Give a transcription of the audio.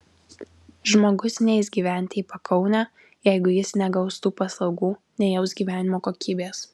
žmogus neis gyventi į pakaunę jeigu jis negaus tų paslaugų nejaus gyvenimo kokybės